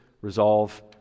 resolve